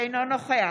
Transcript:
אינו נוכח